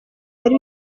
bari